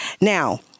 Now